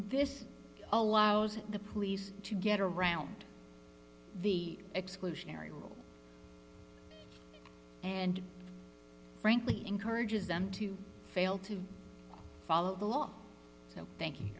this allows the police to get around the exclusionary rule and frankly encourages them to fail to follow the law so thank you